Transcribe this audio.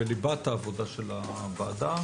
בליבת העבודה של הוועדה,